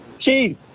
see